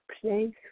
place